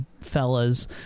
fellas